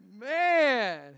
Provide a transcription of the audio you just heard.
Man